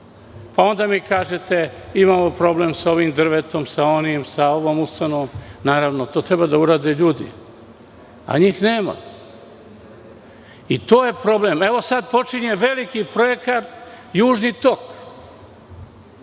Onda mi kažete – imamo problem sa ovim drvetom, sa onim, sa ovom ustanovom, sa onom, itd. Naravno, to treba da urade ljudi, a njih nema. To je problem. Sada počinje veliki projekt – Južni tok.